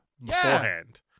beforehand